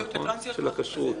נכון.